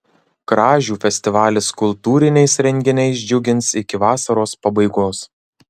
kražių festivalis kultūriniais renginiais džiugins iki vasaros pabaigos